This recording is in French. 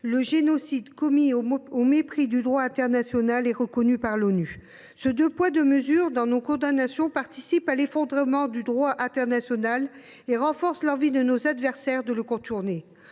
le génocide commis au mépris du droit international et reconnu par l’ONU. Ce « deux poids deux mesures » dans nos condamnations participe de l’effondrement du droit international et renforce l’envie de nos adversaires de le contourner.